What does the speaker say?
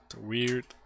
Weird